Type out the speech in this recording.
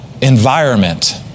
environment